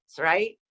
right